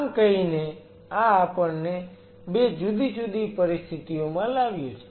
આમ કહીને આ આપણને 2 જુદી જુદી પરિસ્થિતિઓમાં લાવ્યું છે